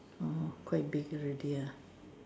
orh quite big already ah